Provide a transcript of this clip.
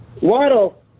Waddle